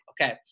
Okay